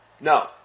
No